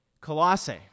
Colossae